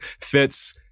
fits